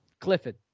Clifford